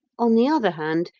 on the other hand,